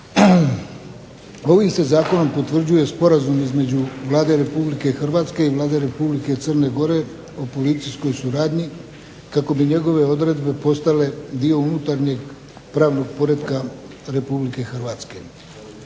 Ovim se Zakonom potvrđuje Sporazum između Vlade Republike Hrvatske i Vlade Republike Crne Gore o policijskoj suradnji kako bi njegove odredbe postale dio unutarnjeg pravnog poretka Republike Hrvatske.